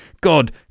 God